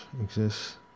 exists